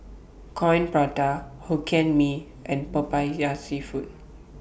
Coin Prata Hokkien Mee and Popiah Seafood